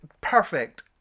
perfect